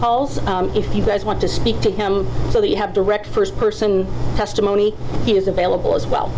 calls if you guys want to speak to him so that you have direct first person testimony is available as well